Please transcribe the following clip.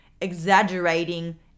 exaggerating